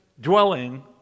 dwelling